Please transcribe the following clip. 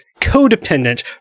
codependent